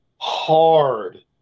hard